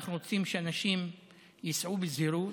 אנחנו רוצים שאנשים ייסעו בזהירות,